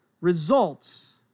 results